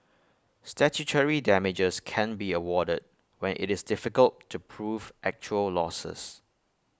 statutory damages can be awarded when IT is difficult to prove actual losses